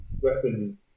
weapon